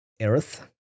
earth